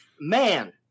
Man